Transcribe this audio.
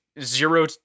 zero